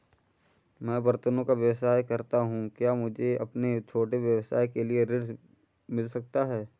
मैं बर्तनों का व्यवसाय करता हूँ क्या मुझे अपने छोटे व्यवसाय के लिए ऋण मिल सकता है?